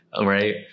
right